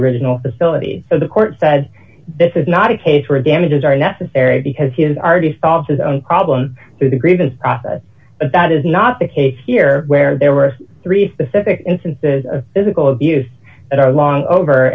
original facility so the court said this is not a case where damages are necessary because he is artist off his own problems through the grievance process but that is not the case here where there were three specific instances of physical abuse that are long over